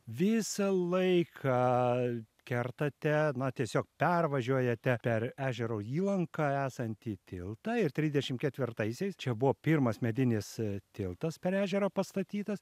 visą laiką kertate na tiesiog pervažiuojate per ežero įlankoj esantį tiltą ir trisdešimt ketvirtaisiais čia buvo pirmas medinis tiltas per ežerą pastatytas